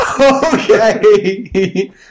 okay